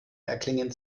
erklingen